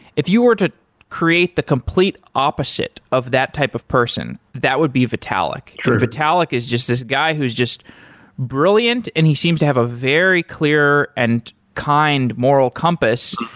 if you were to create the complete opposite of that type of person, that would be vitalic true vitalic is just this guy who's just brilliant and he seems to have a very clear and kind moral compass.